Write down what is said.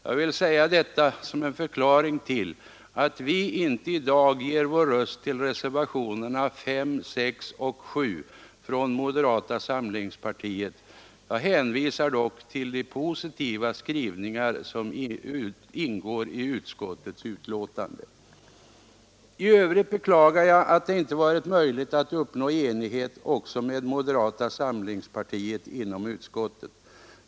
Jag vill säga detta som en förklaring till att vi i dag inte ger vår röst till reservationerna 5, 6 och 7 från moderata samlingspartiet. Jag hänvisar dock till de positiva skrivningar som ingår i utskottets betänkande. I övrigt beklagar jag att det inte har varit möjligt att uppnå enighet även med moderata samlingspartiet inom utskottet.